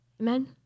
Amen